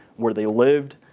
where they lived.